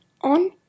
on